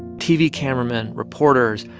tv cameramen, reporters,